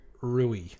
Rui